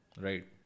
Right